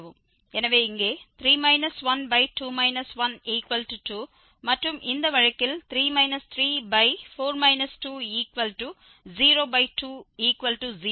எனவே இங்கே 3 12 12 மற்றும் இந்த வழக்கில் 3 34 2020 மீண்டும்